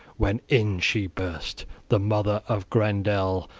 when in she burst, the mother of grendel.